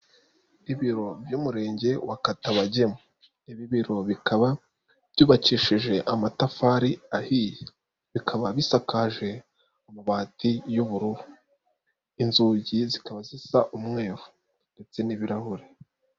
Ibiro by'Umurenge wa Katabagemu, ibi biro bikaba byubakishije amatafari ahiye, bikaba bisakaje amabati y'ubururu, inzugi zikaba zisa umweru ndetse n'ibirahure.